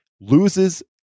loses